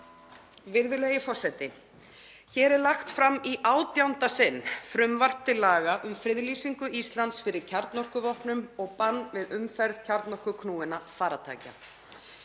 Virðulegi forseti. Hér er lagt fram í átjánda sinn frumvarp til laga um friðlýsingu Íslands fyrir kjarnorkuvopnum og bann við umferð kjarnorkuknúinna farartækja.